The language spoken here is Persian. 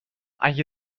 اگه